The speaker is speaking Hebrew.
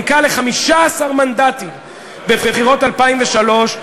זינקה ל-15 מנדטים בבחירות 2003,